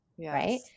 Right